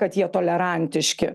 kad jie tolerantiški